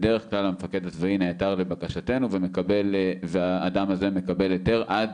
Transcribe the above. בדרך כלל המפקד הצבאי נעתר לבקשתנו והאדם הזה מקבל היתר עד